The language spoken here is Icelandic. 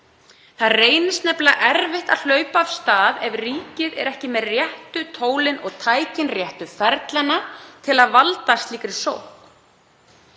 Það reynist nefnilega erfitt að hlaupa af stað ef ríkið er ekki með réttu tólin og tækin, réttu ferlana til að valda slíkri sókn.